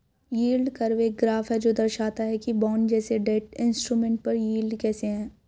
yield curve एक graph है जो दर्शाता है कि बॉन्ड जैसे डेट इंस्ट्रूमेंट पर यील्ड कैसे है